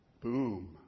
Boom